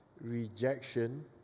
rejection